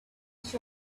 each